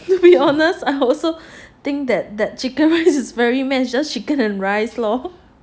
to be honest I also think that that chicken rice is very meh just chicken and rice lor